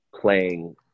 playing